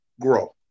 grow